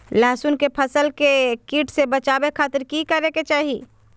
लहसुन के फसल के कीट से बचावे खातिर की करे के चाही?